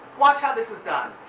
watch how this is done.